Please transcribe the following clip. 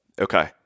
Okay